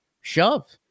shove